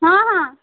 ହଁ ହଁ